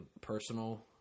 personal